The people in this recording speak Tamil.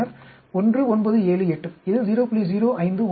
பின்னர் 1 9 7 8 இது 0